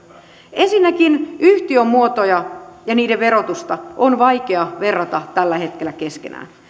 ensinnäkin yhtiömuotoja ja niiden verotusta on vaikea verrata tällä hetkellä keskenään